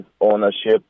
ownership